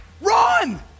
run